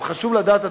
גם חשוב לדעת,